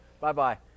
Bye-bye